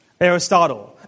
Aristotle